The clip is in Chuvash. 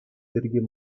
пирки